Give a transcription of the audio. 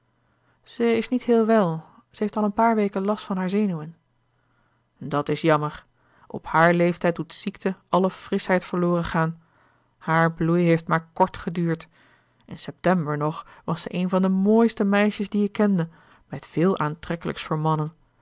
ze is niet heel wel ze heeft al een paar weken last van haar zenuwen dat is jammer op haar leeftijd doet ziekte alle frischheid verloren gaan hààr bloei heeft maar kort geduurd in september nog was ze een van de mooiste meisjes die ik kende met veel aantrekkelijks voor mannen